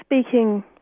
speaking